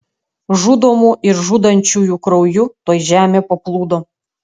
žudomų ir žudančiųjų krauju tuoj žemė paplūdo